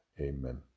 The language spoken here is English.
Amen